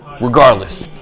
Regardless